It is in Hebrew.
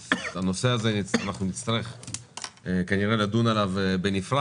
אנחנו פותחים את הדיון על הסעיף השני בסדר היום - פרק י"ז (מס גודש)